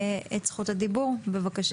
בבקשה.